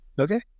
Okay